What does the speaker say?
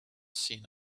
seen